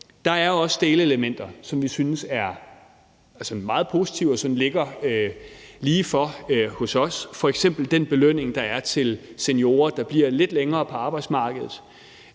Der er også delelementer, som vi synes er meget positive, og som ligger lige for hos os, f.eks. den belønning, der er til seniorer, der bliver lidt længere på arbejdsmarkedet.